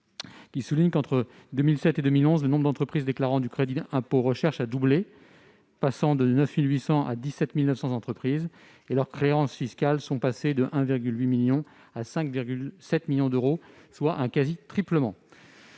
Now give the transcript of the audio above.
qui souligne qu'« entre 2007 et 2011, le nombre d'entreprises déclarant du CIR a doublé, passant de 9 800 à 17 900 entreprises » et que leur créance fiscale est passée de 1,8 milliard à 5,2 milliards d'euros, « soit un quasi-triplement.